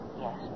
Yes